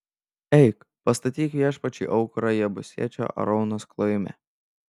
eik pastatyk viešpačiui aukurą jebusiečio araunos klojime